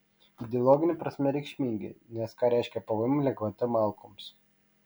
ideologine prasme reikšmingi nes ką reiškia pvm lengvata malkoms